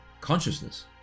Consciousness